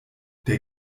der